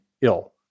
ill